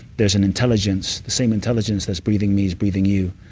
there's an intelligence. the same intelligence that's breathing me is breathing you.